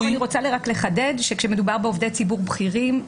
אני רוצה לחדד שכשמדובר בעובדי ציבור בכירים,